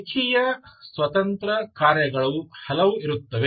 ರೇಖೀಯ ಸ್ವತಂತ್ರ ಕಾರ್ಯಗಳು ಹಲವು ಇರುತ್ತವೆ